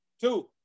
Two